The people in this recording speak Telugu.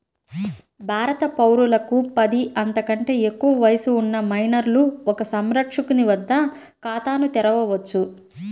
భారత పౌరులకు పది, అంతకంటే ఎక్కువ వయస్సు ఉన్న మైనర్లు ఒక సంరక్షకుని వద్ద ఖాతాను తెరవవచ్చు